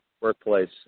workplace